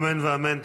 אמן ואמן.